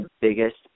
biggest